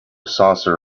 saucer